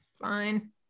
Fine